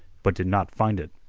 but did not find it.